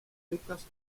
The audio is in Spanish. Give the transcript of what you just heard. fritas